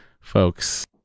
folks